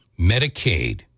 Medicaid